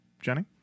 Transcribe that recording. Jenny